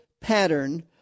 pattern